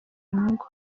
inyungu